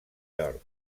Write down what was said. york